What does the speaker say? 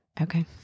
Okay